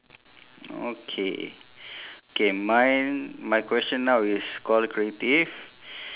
okay K mine my question now is call creative